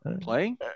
playing